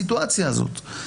לסיטואציה הזאת.